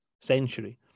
century